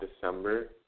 December